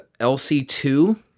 LC2